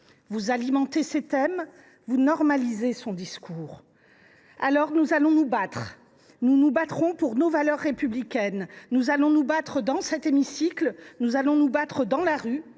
avec ses thèmes, vous normalisez son discours. Alors, nous allons nous battre pour nos valeurs républicaines : nous allons nous battre dans cet hémicycle ; nous allons nous battre dans la rue